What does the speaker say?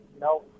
no